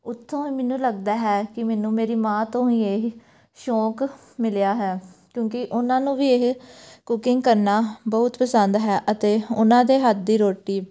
ਉੱਥੋਂ ਮੈਨੂੰ ਲੱਗਦਾ ਹੈ ਕਿ ਮੈਨੂੰ ਮੇਰੀ ਮਾਂ ਤੋਂ ਹੀ ਇਹ ਸ਼ੌਂਕ ਮਿਲਿਆ ਹੈ ਕਿਉਂਕਿ ਉਹਨਾਂ ਨੂੰ ਵੀ ਇਹ ਕੁਕਿੰਗ ਕਰਨਾ ਬਹੁਤ ਪਸੰਦ ਹੈ ਅਤੇ ਉਹਨਾਂ ਦੇ ਹੱਥ ਦੀ ਰੋਟੀ